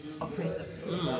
oppressive